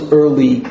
early